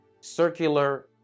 circular